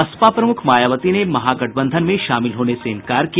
बसपा प्रमुख मायावती ने महागठबंधन में शामिल होने से इंकार किया